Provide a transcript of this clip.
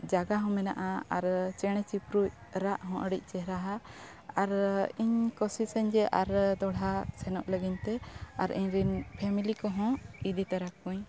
ᱡᱟᱭᱜᱟ ᱦᱚᱸ ᱢᱮᱱᱟᱜᱼᱟ ᱟᱨ ᱪᱮᱬᱮ ᱪᱤᱯᱨᱩᱡ ᱨᱟᱜ ᱦᱚᱸ ᱟᱹᱰᱤ ᱪᱮᱦᱨᱟ ᱟᱨ ᱤᱧ ᱠᱩᱥᱤᱥᱟᱹᱧ ᱡᱮ ᱟᱨ ᱫᱚᱲᱦᱟ ᱥᱮᱱᱚᱜ ᱞᱟᱹᱜᱤᱫᱼᱛᱮ ᱟᱨ ᱤᱧᱨᱮᱱ ᱯᱷᱮᱢᱮᱞᱤ ᱠᱚᱦᱚᱸ ᱤᱫᱤ ᱛᱟᱨᱟ ᱠᱚᱣᱟᱧ